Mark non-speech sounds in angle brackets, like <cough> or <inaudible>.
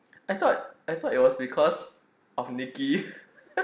I thought I thought it was because of nicki <laughs>